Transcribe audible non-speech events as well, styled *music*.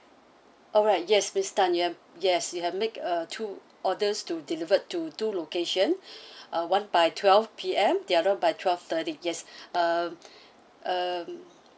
alright yes miss tan ya yes you have make a two orders to delivered to two location *breath* uh one by twelve P_M the other one by twelve thirty yes *breath* um *breath* um